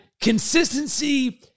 consistency